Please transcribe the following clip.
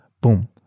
boom